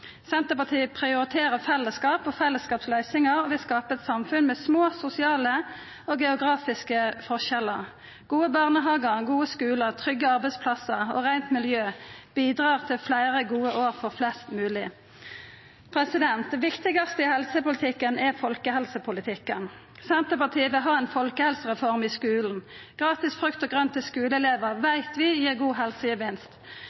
Senterpartiet prioriterer fellesskap og fellesskapsløysingar og vil skapa eit samfunn med små sosiale og geografiske forskjellar. Gode barnehagar, gode skular, trygge arbeidsplassar og reint miljø bidrar til fleire gode år for flest mogleg. Det viktigaste i helsepolitikken er folkehelsepolitikken. Senterpartiet vil ha ei folkehelsereform i skulen. Gratis frukt og grønt til skulelevar